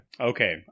Okay